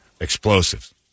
Explosives